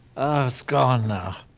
so gone now.